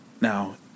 Now